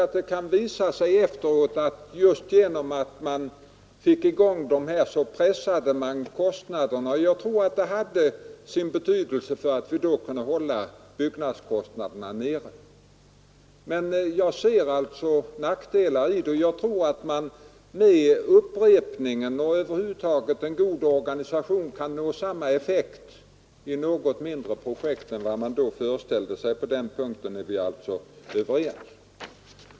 Det har dock visat sig efteråt att man just genom att man fick i gång dessa projekt pressade kostnaderna. Jag tror att det hade sin betydelse för att hålla byggnadskostnaderna nere. Men jag ser också nackdelarna, och jag tror att man med upprepning i byggprocessen och över huvud taget en god organisation kan nå samma effekt med något mindre projekt än man tidigare föreställde sig. På den punkten är vi alltså överens.